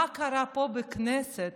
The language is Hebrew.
מה קרה פה בכנסת